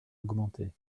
augmenter